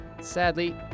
Sadly